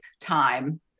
time